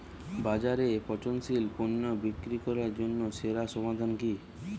বাজারে পচনশীল পণ্য বিক্রি করার জন্য সেরা সমাধান কি?